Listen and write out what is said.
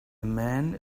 man